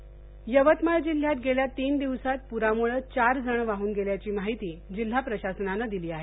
पाऊस पूर यवतमाळ जिल्ह्यात गेल्या तीन दिवसात पुरामुळं चार जण वाहून गेल्याची माहिती जिल्हा प्रशासनानं दिली आहे